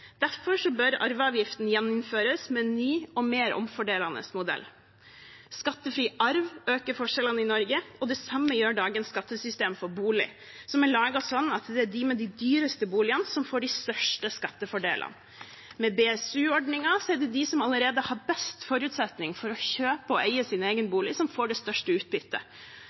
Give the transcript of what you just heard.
mer omfordelende modell. Skattefri arv øker forskjellene i Norge, og det samme gjør dagens skattesystem for bolig, som er laget sånn at det er de med de dyreste boligene som får de største skattefordelene. Med BSU-ordningen er det de som allerede har best forutsetning for å kjøpe og eie sin egen bolig, som får det største utbyttet.